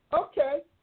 Okay